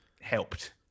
helped